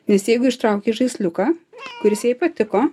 nes jeigu ištrauki žaisliuką kuris jai patiko